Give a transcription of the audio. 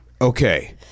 Okay